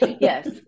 yes